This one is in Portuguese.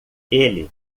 ele